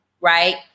right